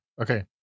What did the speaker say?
Okay